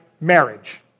marriage